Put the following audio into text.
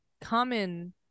common